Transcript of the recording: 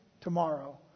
tomorrow